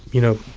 you know,